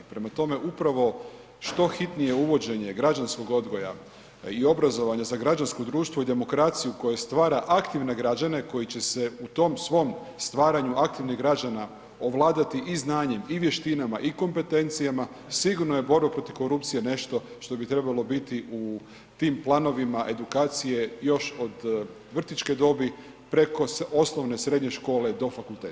Prema tome, upravo što hitnije uvođenje građanskog odgoja i obrazovanja za građansko društvo i demokraciju koje stvara aktivne građane koji će se u tom svom stvaranju aktivnih građana ovladati i znanjem i vještinama i kompetencijama sigurno je borba protiv korupcije nešto što bi trebalo biti u tim planovima edukacije još od vrtićke dobi, preko osnovne, srednje škole do fakulteta.